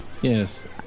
yes